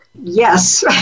Yes